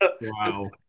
Wow